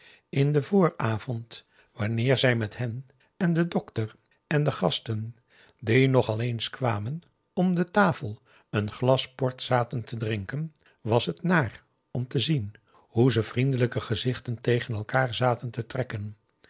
in den vooravond wanneer zij met hen en den dokter en de gasten die nogal eens kwamen om de tafel een glas port zaten te drinken was het nààr om te zien hoe ze vriendelijke gezichten tegen elkaar zaten te trekken